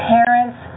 Parents